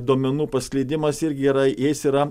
duomenų paskleidimas irgi yra jais yra